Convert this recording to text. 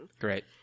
Great